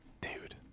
Dude